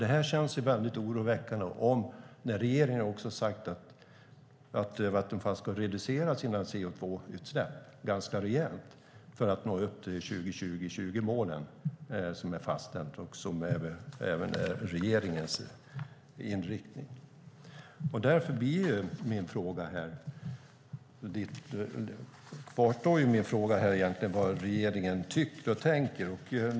Det känns oroväckande när regeringen också har sagt att Vattenfall ska reducera sina CO2-utsläpp ganska rejält för att nå upp till 20-20-20-målen som är fastställda och som även är regeringens inriktning. Därför kvarstår min fråga om vad regeringen tycker och tänker.